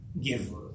giver